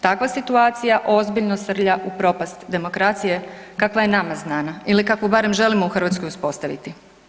Takva situacija ozbiljno srlja u propast demokracije kakva je nama znana ili kakvu barem želimo u Hrvatskoj uspostaviti.